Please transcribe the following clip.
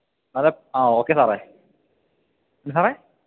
അത് ആ ഓക്കെ സാറേ എന്താണ് സാറേ